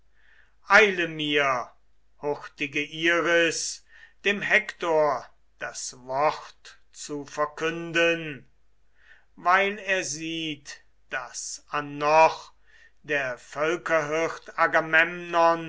eile mir hurtige iris dem hektor das wort zu verkünden weil er sieht daß annoch der